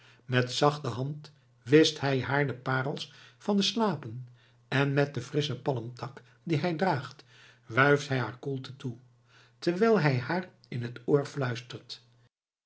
met zachte hand wischt hij haar de parels van de slapen en met den frisschen palmtak dien hij draagt wuift hij haar koelte toe terwijl hij haar in t oor fluistert